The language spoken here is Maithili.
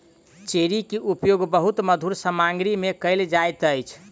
चेरी के उपयोग बहुत मधुर सामग्री में कयल जाइत अछि